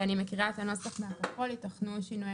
אני מקריאה את הנוסח מהפרוטוקול, יתכנו שינויי